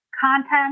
content